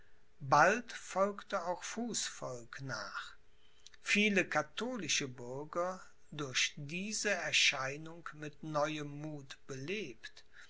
bald folgte auch fußvolk nach viele katholische bürger durch diese erscheinung mit neuem muth belebt